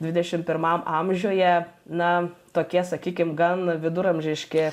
dvidešim pirmam amžiuje na tokie sakykim gan viduramžiški